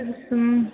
اَچھ